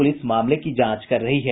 police मामले की जांच कर रही है